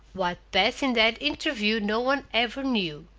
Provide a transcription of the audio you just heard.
what passed in that interview no one ever knew.